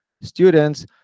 students